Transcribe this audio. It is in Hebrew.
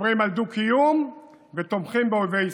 מדברים על דו-קיום ותומכים באויבי ישראל,